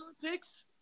picks